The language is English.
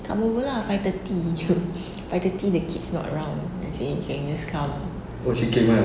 come over lah five thirty you five thirty the kids not around I say you can just come